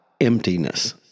emptiness